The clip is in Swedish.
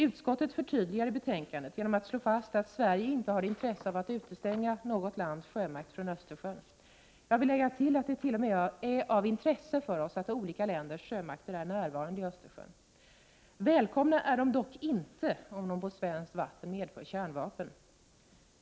Utskottet förtydligar i betänkandet genom att slå fast att Sverige inte har intresse av att utestänga något lands sjöstridskrafter från Östersjön. Jag vill lägga till att det t.o.m. är av intresse för oss att olika länders sjöstridskrafter är närvarande i Östersjön. Välkomna är de dock inte om de på svenskt vatten medför kärnvapen.